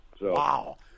Wow